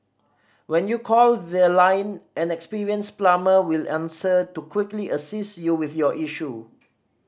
when you call their line an experienced plumber will answer to quickly assist you with your issue